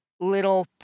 little